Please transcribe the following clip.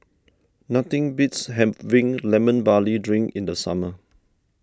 nothing beats having Lemon Barley Drink in the summer